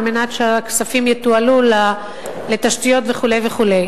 כדי שהכספים יתועלו לתשתיות וכו' וכו'.